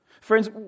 Friends